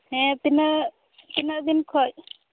ᱦᱮᱸ ᱛᱤᱱᱟᱹᱜ ᱛᱤᱱᱟᱹᱜ ᱫᱤᱱ ᱠᱷᱚᱱ